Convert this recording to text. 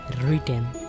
written